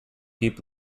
keep